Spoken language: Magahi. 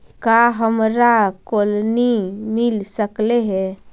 का हमरा कोलनी मिल सकले हे?